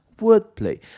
wordplay